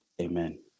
Amen